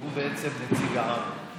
הוא בעצם נציג העם.